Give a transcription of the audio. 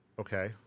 Okay